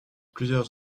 plusieurs